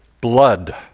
blood